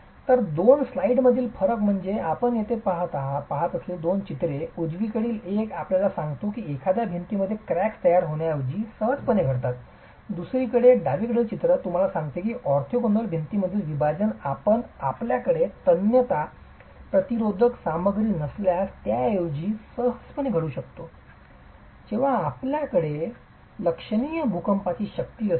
तर दोन स्लाइड्स मधील फरक आपण येथे पहात असलेली दोन चित्रे उजवीकडील एक आपल्याला सांगते की एखाद्या भिंतीमध्ये क्रॅक्स तयार होण्याऐवजी सहजपणे घडतात दुसरीकडे डावीकडील चित्र तुम्हाला सांगते की ऑर्थोगोनल भिंतींमधील विभाजन कारण आपल्याकडे तन्यता प्रतिरोधक सामग्री नसल्यास त्याऐवजी सहजपणे घडू शकते जेव्हा आपणाकडे लक्षणीय भूकंपाची शक्ती असते